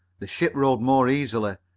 the ship rode more easily,